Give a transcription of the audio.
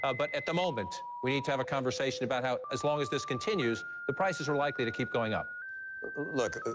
ah but at the moment, we need to have a conversation about how as long as this continues, the prices are likely to keep going up. romney look,